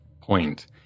point